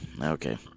Okay